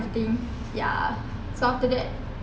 thing ya so after that